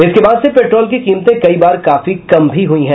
इसके बाद से पेट्रोल की कीमतें कई बार काफी कम भी हुई हैं